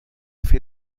fer